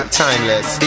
timeless